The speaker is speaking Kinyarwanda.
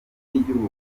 y’igihugu